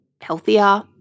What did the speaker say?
healthier